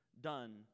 done